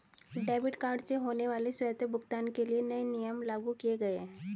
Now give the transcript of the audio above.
debit card से होने वाले स्वतः भुगतान के लिए नए नियम लागू किये गए है